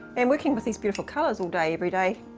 and working with these beautiful colors all day every day,